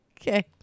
Okay